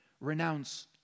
renounce